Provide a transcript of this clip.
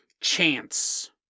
chance